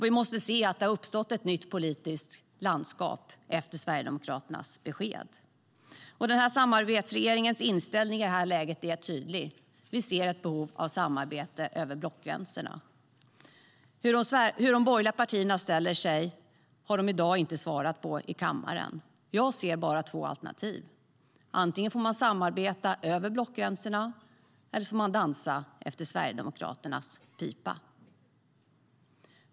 Vi måste se att det har uppstått ett nytt politiskt landskap efter Sverigedemokraternas besked. Samarbetsregeringens inställning i det här läget är tydlig. Vi ser ett behov av samarbete över blockgränserna. Hur de borgerliga partierna ställer sig till det har de i dag inte svarat på i kammaren. Jag ser bara två alternativ: Man får antingen samarbeta över blockgränserna eller dansa efter Sverigedemokraternas pipa.